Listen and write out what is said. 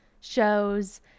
shows